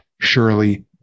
surely